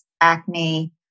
acne